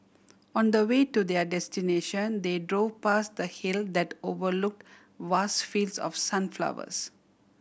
on the way to their destination they drove past a hill that overlook vast fields of sunflowers